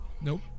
Nope